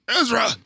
Ezra